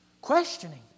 Questioning